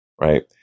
right